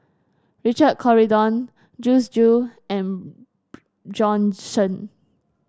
Richard Corridon Joyce Jue and Bjorn Shen